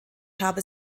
habe